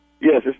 Yes